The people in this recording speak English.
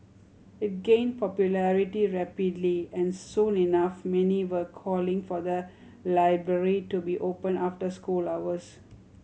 it gained popularity rapidly and soon enough many were calling for the library to be opened after school hours